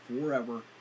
forever